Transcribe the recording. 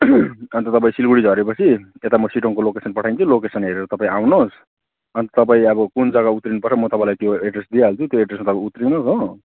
अन्त तपाईँ सिलगडी झरे पछि यता म सिटोङको लोकेसन पठाइदिन्छु लोकेसन हेरेर तपाईँ आउनु होस् अनि तपाईँ अब कुन जग्गा उत्रिनु पर्छ म तपाईँलाई त्यो एड्रेस दिइहाल्छु त्यो एड्रेसमा उत्रिनु होस् हो